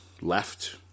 left